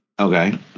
Okay